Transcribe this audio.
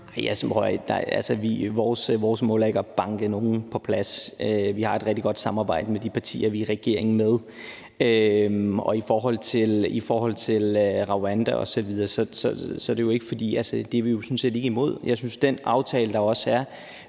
(M): Vores mål er ikke at banke nogen på plads. Vi har et rigtig godt samarbejde med de partier, vi er i regering med. Og i forhold til Rwanda osv. vil jeg sige, at det er vi sådan set ikke imod. Jeg synes sådan set også,